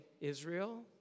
Israel